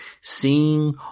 seeing